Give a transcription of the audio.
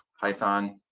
python,